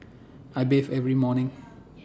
I bathe every morning